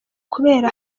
kubera